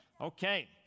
Okay